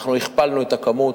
אנחנו הכפלנו את הכמות,